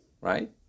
right